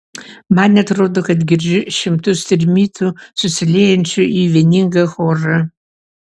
man atrodo kad girdžiu šimtus trimitų susiliejančių į vieningą chorą